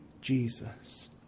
Jesus